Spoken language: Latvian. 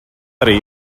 arī